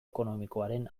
ekonomikoaren